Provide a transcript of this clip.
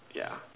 yeah